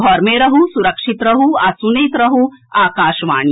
घर मे रहू सुरक्षित रहू आ सुनैत रहू आकाशवाणी